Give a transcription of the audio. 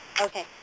Okay